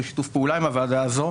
בשיתוף פעולה עם הוועדה הזו,